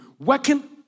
working